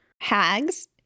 Hags